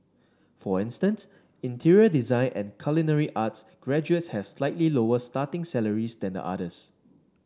for instance interior design and culinary arts graduates have slightly lower starting salaries than the others